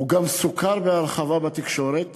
הוא גם סוקר בהרחבה בתקשורת